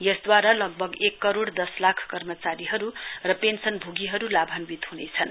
यसद्वारा एक करोड़ दस लाख कर्मचारीहरु र पेन्सनभोगीहरु लभान्वित हुनेछन्